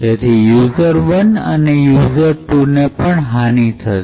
તેથી user one અને user ૨ ને પણ હાનિ થશે